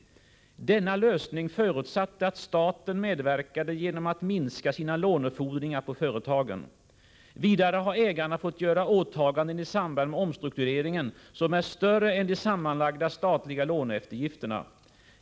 Denna lösning förutsatte att staten medverkade genom att minska sina lånefordringar på företagen. Vidare har ägarna fått göra åtaganden i samband med omstruktureringen som är större än de sammanlagda statliga låneeftergifterna.